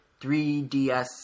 3DS